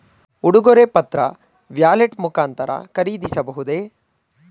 ಉಡುಗೊರೆ ಪತ್ರ ವ್ಯಾಲೆಟ್ ಮುಖಾಂತರ ಖರೀದಿಸಬಹುದೇ?